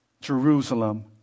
Jerusalem